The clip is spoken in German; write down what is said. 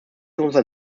unser